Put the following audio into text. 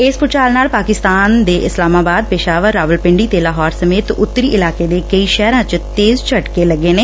ਇਸ ਭੁਚਾਲ ਨਾਲ ਪਾਕਿਸਤਾਨ ਦੇ ਇਸਲਾਮਾਬਾਦ ਪੇਸ਼ਾਵਰ ਰਾਵਲਪਿੰਡੀ ਤੇ ਲਾਹੌਰ ਸਮੇਤ ਉੱਤਰੀ ਇਲਾਕੇ ਦੇ ਕਈ ਸ਼ਹਿਰਾਂ ਚ ਤੇਜ਼ ਝਟਕੇ ਲੱਗੇ ਨੇ